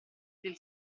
del